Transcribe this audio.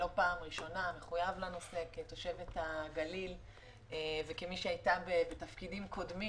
אתה מחויב לנושא וכתושבת הגליל וכמי שהייתה בתפקידים קודמים